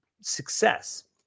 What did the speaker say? Success